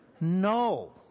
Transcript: No